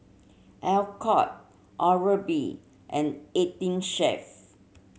Alcott Oral B and Eighteen Chef